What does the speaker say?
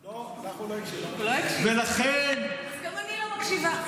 אתה לא הקשבת לי, אז גם אני לא מקשיבה.